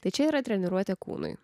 tai čia yra treniruotė kūnui